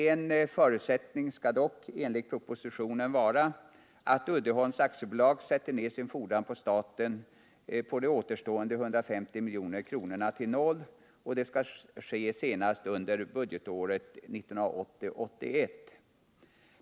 En förutsättning skall dock enligt propositionen vara att Uddeholms AB sätter ned sin fordran på staten av återstående 150 milj.kr. till noll senast under budgetåret 1980/81.